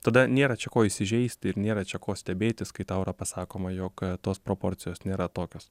tada nėra čia ko įsižeisti ir nėra čia ko stebėtis kai tau yra pasakoma jog tos proporcijos nėra tokios